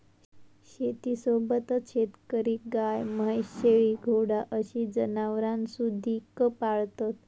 शेतीसोबतच शेतकरी गाय, म्हैस, शेळी, घोडा अशी जनावरांसुधिक पाळतत